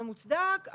לא מוצדק,